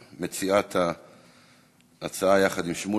מציעת ההצעה יחד עם שמולי,